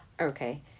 Okay